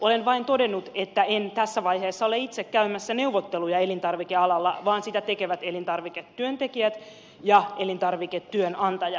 olen vain todennut että en tässä vaiheessa ole itse käymässä neuvotteluja elintarvikealalla vaan sitä tekevät elintarviketyöntekijät ja elintarviketyönantajat